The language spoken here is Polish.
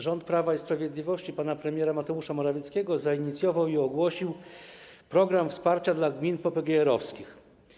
Rząd Prawa i Sprawiedliwości pana premiera Mateusza Morawieckiego zainicjował i ogłosił program wsparcia dla gmin popegeerowskich.